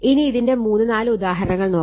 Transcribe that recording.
ഇനി ഇതിന്റെ മൂന്ന് നാല് ഉദാഹരണങ്ങൾ നോക്കാം